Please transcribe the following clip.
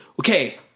okay